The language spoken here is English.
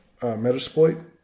metasploit